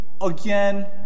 again